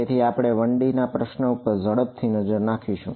તેથી આપણે 1D ના પ્રશ્ન ઉપર ઝડપથી નજર નાખીશું